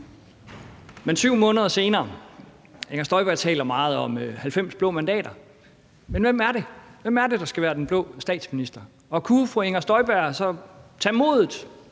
er nu 7 måneder senere, og Inger Støjberg taler meget om 90 blå mandater. Men hvem er det, der skal være den blå statsminister? Og kunne fru Inger Støjberg så tage modet